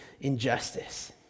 injustice